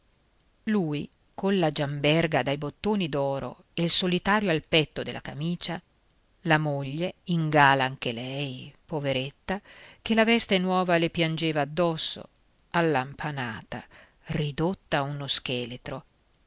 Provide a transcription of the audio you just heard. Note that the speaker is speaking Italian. con la giamberga dai bottoni d'oro e il solitario al petto della camicia la moglie in gala anche lei poveretta che la veste nuova le piangeva addosso allampanata ridotta uno scheletro